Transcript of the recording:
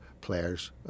players